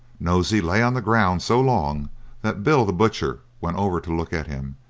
nosey lay on the ground so long that bill, the butcher, went over to look at him,